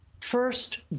First